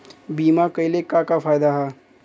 बीमा कइले का का फायदा ह?